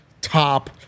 top